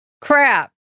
crap